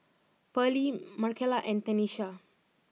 Pearley Marcella and Tenisha